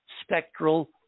spectral